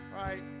right